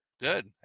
Good